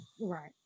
Right